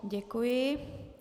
Děkuji.